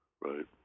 right